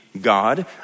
God